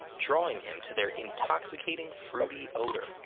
drawing him to their intoxicating fruity odor.